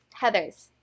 Heathers